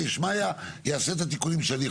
כשיש תיאום בין הרשות לבין הזה,